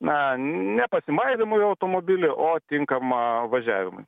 na ne pasimaivymui automobilį o tinkamą važiavimui